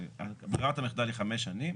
ברירת המחדל היא חמש שנים,